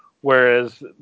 whereas